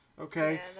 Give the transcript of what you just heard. Okay